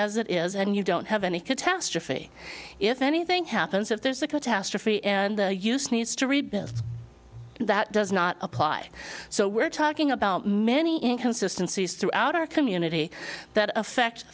as it is and you don't have any catastrophe if anything happens if there's a catastrophe and the use needs to rebuild that does not apply so we're talking about many inconsistencies throughout our community that affect